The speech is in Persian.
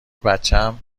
بچم